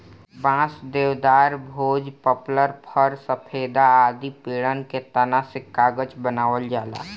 बांस, देवदार, भोज, पपलर, फ़र, सफेदा आदि पेड़न के तना से कागज बनावल जाला